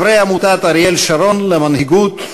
חברי עמותת אריאל שרון למנהיגות,